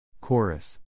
Chorus